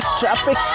traffic